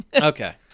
Okay